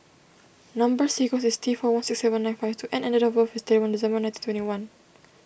Number Sequence is T four one six seven nine five two N and date of birth is thirty one December nineteen twenty one